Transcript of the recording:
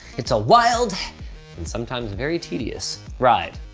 it's a wild and sometimes very tedious ride.